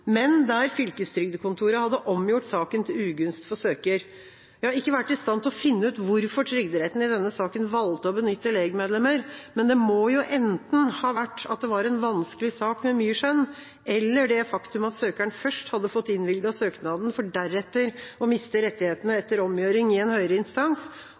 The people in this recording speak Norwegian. men der fylkestrygdekontoret hadde omgjort saken til ugunst for søker. Jeg har ikke vært i stand til å finne ut hvorfor Trygderetten i denne saken valgte å benytte legmedlemmer, men det må jo enten ha vært at det var en vanskelig sak med mye skjønn, eller det faktum at søkeren først hadde fått innvilget søknaden, for deretter å miste rettighetene etter omgjøring i en høyere instans,